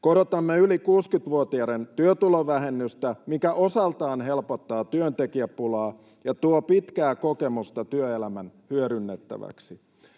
Korotamme yli 60-vuotiaiden työtulovähennystä, mikä osaltaan helpottaa työntekijäpulaa ja tuo pitkää kokemusta työelämän hyödynnettäväksi.